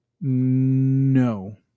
No